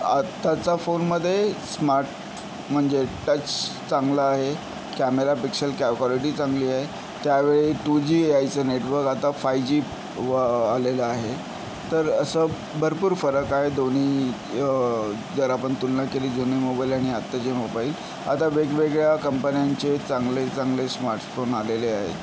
आत्ताचा फोनमध्ये स्मार्ट म्हणजे टच चांगला आहे कॅमेरा पिक्सल कॉलिटी चांगली आहे त्यावेळी टू जी यायचं नेटवर्क आता फाईव्ह जी आलेलं आहे तर असं भरपूर फरक आहे दोन्हीत जर आपण तुलना केली जुने मोबाईल आणि आताचे मोबाईल आता वेगवेगळ्या कंपन्यांचे चांगले चांगले स्मार्टफोन आलेले आहेत